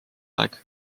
aeg